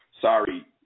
sorry